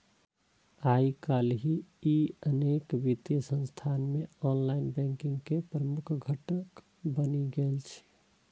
आइकाल्हि ई अनेक वित्तीय संस्थान मे ऑनलाइन बैंकिंग के प्रमुख घटक बनि गेल छै